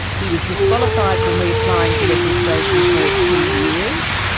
he was disqualified from reapplying for registration for two years,